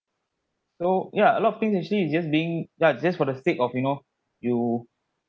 so ya a lot of things actually is just being ya just for the sake of you know you